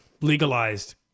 legalized